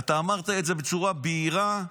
אתה אמרת את זה בצורה בהירה,